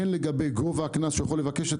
הן לגבי גובה הקנס כשהוא יכול לבקש את